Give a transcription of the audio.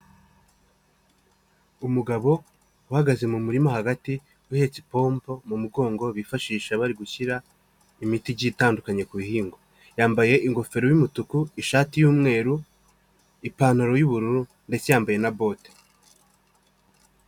Umugabo uhagaze mu murima, hagati uhetse ipompo mu mugongo, bifashisha bari gushyira imiti igiye itandukanye ku bihingwa. Yambaye ingofero y'umutuku, ishati y'umweru, ipantaro y'ubururu ndetse yambaye na bote.